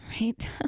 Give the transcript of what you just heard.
right